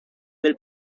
del